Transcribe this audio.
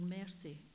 mercy